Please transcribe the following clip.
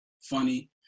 funny